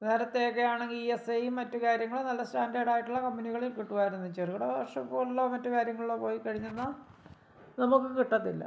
നേരത്തെ ഒക്കെ ആണെങ്കിൽ ഈ എസ് ഐയും മറ്റ് കാര്യങ്ങളും നല്ല സ്റ്റാൻ്റെഡ് ആയിട്ടുള്ള കമ്പനികളിൽ കിട്ടുമായിരുന്നു ചെറുകിട വർക് ഷോപ്പുകളിലോ മറ്റു കാര്യങ്ങളിലോ പോയി കഴിഞ്ഞന്നാൽ നമ്മൾക്ക് കിട്ടത്തില്ല